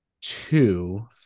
two